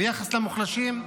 ביחס למוחלשים,